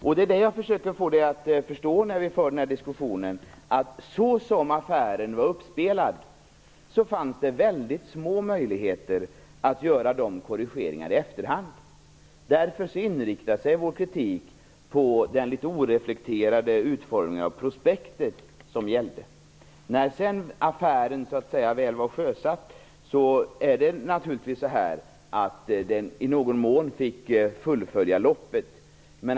När vi för den här diskussionen försöker jag få Jerry Martinger att förstå att såsom affären utfördes fanns det mycket små möjligheter att göra korrigerar i efterhand. Därför inriktar sig vår kritik på den litet oreflekterade utformningen av prospektet. När affären sedan väl var sjösatt, så att säga, fick man naturligtvis i någon mån lov att fullfölja loppet.